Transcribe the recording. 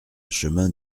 chemin